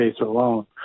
alone